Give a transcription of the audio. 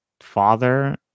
father